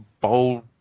bold